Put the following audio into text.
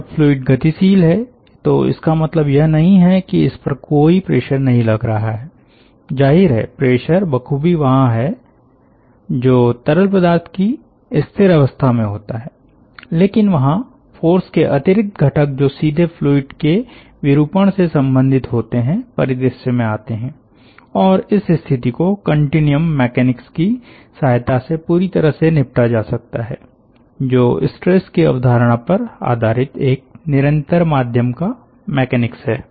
जब फ्लूइड गतिशील है तो इसका मतलब यह नहीं है कि इस पर कोई प्रेशर नहीं लग रहा है जाहिर है प्रेशर बखूबी वहां है जो तरल पदार्थ की स्थिर अवस्था में होता है लेकिन वहां फ़ोर्स के अतिरिक्त घटक जो सीधे फ्लूइड के विरूपण से संबंधित होते हैं परिदृश्य में आते हैं और इस स्थिति को कन्टीन्युअम मैकेनिक्स की सहायता से पूरी तरह से निपटा जा सकता है जो स्ट्रेस की अवधारणा पर आधारित एक निरंतर माध्यम का मैकेनिक्स है